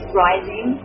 rising